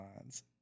lines